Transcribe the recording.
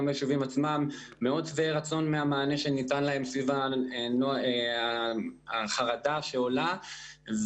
שהם מאוד שבעי רצון מהמענה שניתן להם סביב החרדה שעולה.